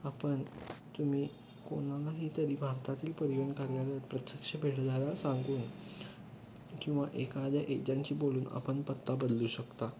आपण तुम्ही कोणालाही तरी भारतातील परिवहन कर्यालयात प्रत्यक्ष भेट द्यायला सांगून किंवा एकाद्या एजंटशी बोलून आपण पत्ता बदलू शकता